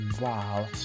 wow